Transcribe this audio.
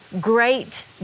great